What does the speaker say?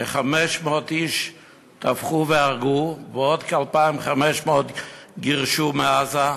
כ-500 איש טבחו והרגו, ועוד כ-2,500 גירשו מעזה.